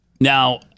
Now